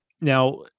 Now